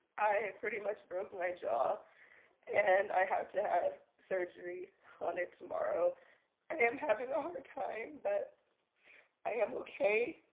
i pretty much broke my jaw and i have to have surgery on it tomorrow. i am having a hard time, but i am okay,